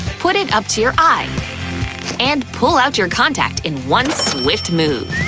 put it up to your eye and pull out your contact in one swift move.